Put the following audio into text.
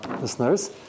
listeners